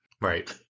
Right